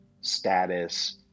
status